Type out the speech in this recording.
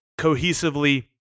cohesively